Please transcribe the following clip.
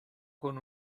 con